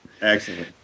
Excellent